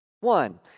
One